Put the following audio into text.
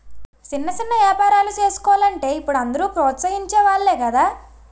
సిన్న సిన్న ఏపారాలు సేసుకోలంటే ఇప్పుడు అందరూ ప్రోత్సహించె వోలే గదా